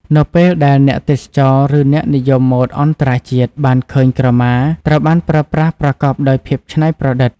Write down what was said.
នៅពេលដែលអ្នកទេសចរ ឬអ្នកនិយមម៉ូដអន្តរជាតិបានឃើញក្រមាត្រូវបានប្រើប្រាស់ប្រកបដោយភាពច្នៃប្រឌិត។